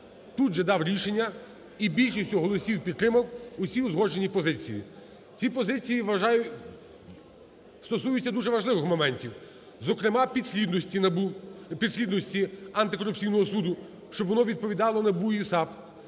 тут же дав рішення і більшістю голосів підтримав усі узгоджені позиції. Ці позиції, вважаю, стосуються дуже важливих моментів. Зокрема, підслідності антикорупційного суду, щоб воно відповідало НАБУ і САП.